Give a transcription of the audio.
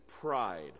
pride